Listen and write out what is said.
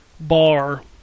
bar